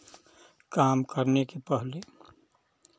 काम करने के पहले